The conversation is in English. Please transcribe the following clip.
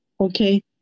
okay